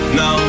no